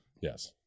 Yes